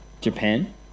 Japan